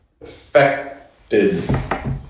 affected